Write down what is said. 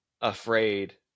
afraid